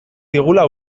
digula